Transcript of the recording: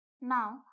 Now